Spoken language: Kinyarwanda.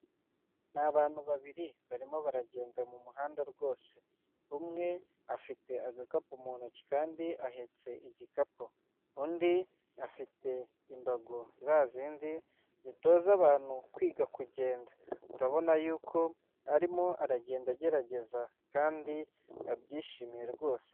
Ni abantu babiri barimo baragenda mu muhanda rwose. Umwe afite agakapu mu ntoki kandi ahetse igikapu, undi afite imbago za zindi zitoza abantu kwiga kugenda. Urabona yuko arimo aragenda agerageza kandi yabyishimiye rwose.